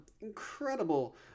incredible